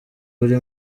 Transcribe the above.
uri